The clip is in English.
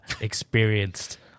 experienced